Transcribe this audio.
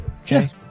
okay